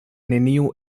neniu